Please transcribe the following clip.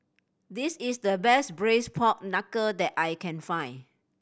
this is the best Braised Pork Knuckle that I can find